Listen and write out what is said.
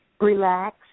Relax